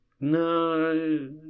no